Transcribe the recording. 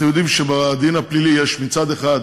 אתם יודעים שבדין הפלילי יש מצד אחד